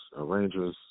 arrangers